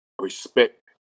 respect